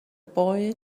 boy